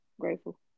Grateful